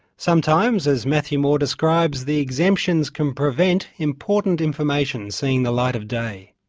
sometimes, as matthew moore describes, the exemptions can prevent important information seeing the light of day.